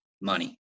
money